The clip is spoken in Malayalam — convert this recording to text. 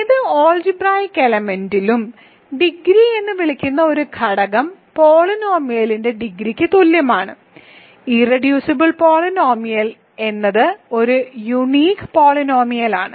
ഏത് ആൾജിബ്രായിക്ക് എലമെന്റിലും ഡിഗ്രി എന്ന് വിളിക്കുന്ന ആ ഘടകം പോളിനോമിയലിന്റെ ഡിഗ്രിക്ക് തുല്യമാണ് ഇർറെഡ്യൂസിബിൾ പോളിനോമിയൽ എന്നത് ഒരു യുണീക്ക് പോളിനോമിയലാണ്